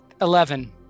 eleven